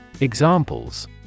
Examples